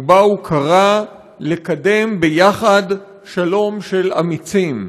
ובה הוא קרא לקדם יחד שלום של אמיצים.